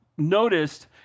noticed